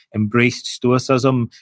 embraced stoicism.